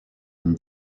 une